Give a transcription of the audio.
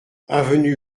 avenue